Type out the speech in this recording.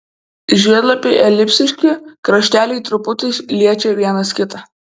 žiedlapiai elipsiški krašteliai truputį liečia vienas kitą